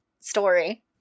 story